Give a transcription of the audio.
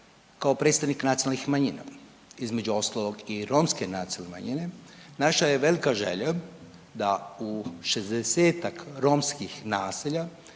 Kao predstavnik nacionalnih manjina, između ostalog i romske nacionalne manjine, naša je velika želja da u 60-ak romskih naselja